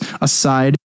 aside